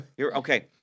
Okay